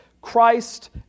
Christ